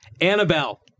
Annabelle